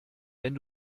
wenn